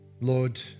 Lord